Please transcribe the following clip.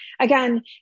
again